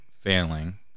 failing